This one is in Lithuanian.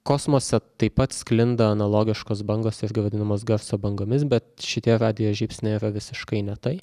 kosmose taip pat sklinda analogiškos bangos irgi vadinamos garso bangomis bet šitie radijo žybsniai yra visiškai ne tai